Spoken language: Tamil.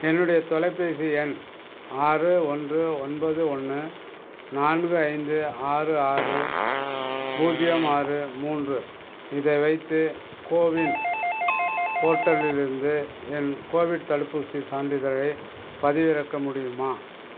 என்னுடைய தொலைபேசி எண் ஆறு ஒன்று ஒன்பது ஒன்னு நான்கு ஐந்து ஆறு ஆறு பூஜ்ஜியம் ஆறு மூன்று இதை வைத்து கோவின் போர்ட்டலிலிருந்து என் கோவிட் தடுப்பூசிச் சான்றிதழைப் பதிவிறக்க முடியுமா